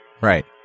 Right